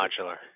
Modular